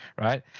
right